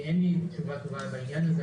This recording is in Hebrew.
אין לי תשובה טובה בעניין הזה.